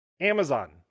Amazon